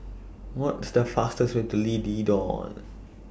What's The fastest Way to D Leedon